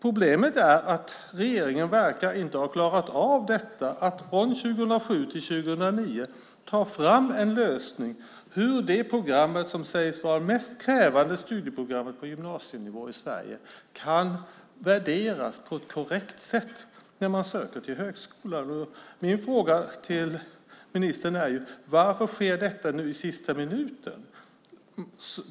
Problemet är att regeringen inte verkar ha klarat av att från 2007 till 2009 ta fram en lösning för hur det program som sägs vara det mest krävande studieprogrammet på gymnasienivå i Sverige kan värderas på ett korrekt sätt när man söker till högskolan. Min fråga till ministern är: Varför sker detta nu i sista minuten?